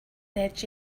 dead